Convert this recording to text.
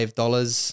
dollars